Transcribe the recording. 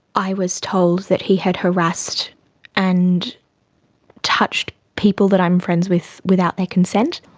i was told that he had harassed and touched people that i'm friends with, without their consent.